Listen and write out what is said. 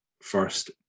first